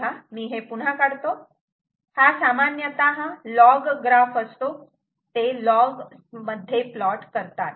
तेव्हा मी हे पुन्हा काढतो हा सामान्यतः लॉग ग्राफ असतो ते लॉग मध्ये प्लॉट करतात